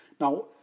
Now